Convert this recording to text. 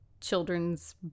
children's